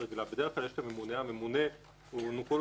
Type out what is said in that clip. בדרך כלל יש הממונה - הוענקו לו סמכויות